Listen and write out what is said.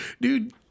Dude